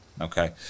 Okay